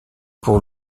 pour